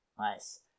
Nice